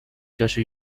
جاشو